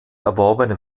erworbene